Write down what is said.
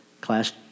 class